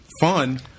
fun